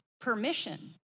permission